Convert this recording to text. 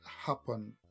happen